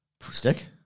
Stick